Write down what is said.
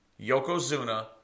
Yokozuna